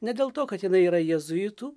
ne dėl to kad jinai yra jėzuitų